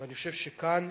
אני חושב שכאן,